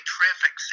Traffic